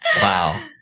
Wow